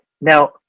Now